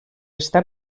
està